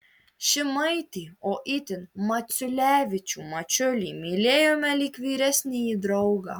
šimaitį o itin maculevičių mačiulį mylėjome lyg vyresnįjį draugą